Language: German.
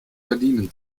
gardinen